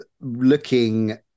looking